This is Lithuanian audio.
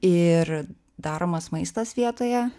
ir daromas maistas vietoje